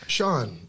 Sean